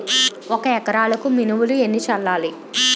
ఒక ఎకరాలకు మినువులు ఎన్ని చల్లాలి?